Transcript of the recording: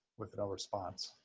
with no response.